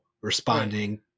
responding